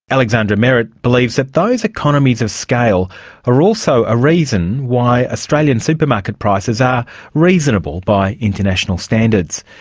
alexandra merrett believes that those economies of scale ah are also a reason why australian supermarket prices are reasonable by international standards.